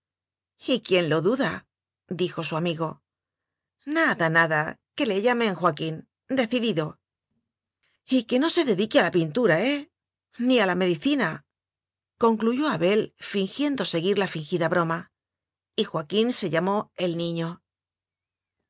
quien lo duda dijo su amigo nada nada que le llamen joaquín de cidido y que no se dedique a la pintura eh ni a la medicina concluyó abel fin giendo seguir la fingida broma y joaquín se llamó el niño